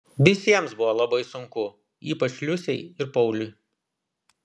visiems buvo labai sunku ypač liusei ir pauliui